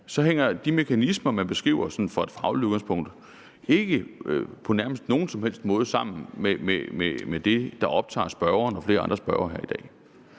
så hænger de mekanismer, der beskrives, sådan ud fra et fagligt udgangspunkt ikke på nærmest nogen som helst måde sammen med det, der optager spørgeren og flere andre spørgere her i dag.